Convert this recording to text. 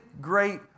great